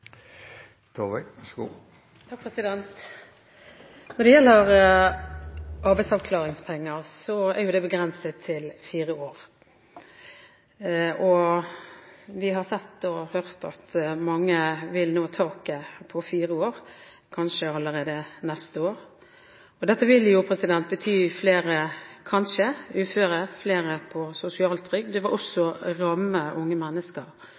jo det begrenset til fire år, og vi har sett og hørt at mange vil nå taket på fire år kanskje allerede neste år. Dette vil kanskje bety flere uføre og flere på sosialtrygd, og det vil også ramme unge mennesker.